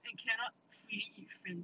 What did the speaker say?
and cannot freely meet friends